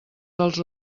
dels